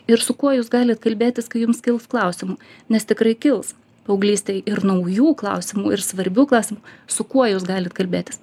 ir su kuo jūs galit kalbėtis kai jums kils klausimų nes tikrai kils paauglystėj ir naujų klausimų ir svarbių klausimų su kuo jūs galit kalbėtis